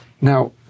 Now